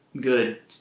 good